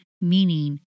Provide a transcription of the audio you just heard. Meaning